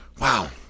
Wow